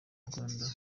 rwanda